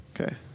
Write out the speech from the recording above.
Okay